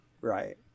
Right